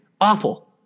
awful